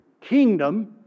kingdom